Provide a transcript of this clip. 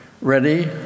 ready